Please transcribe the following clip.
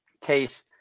case